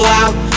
out